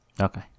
Okay